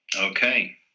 Okay